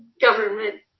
government